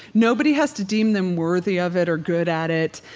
nobody has to deem them worthy of it or good at it,